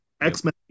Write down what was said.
X-Men